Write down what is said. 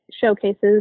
showcases